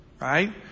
right